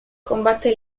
combatte